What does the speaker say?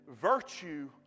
virtue